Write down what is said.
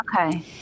Okay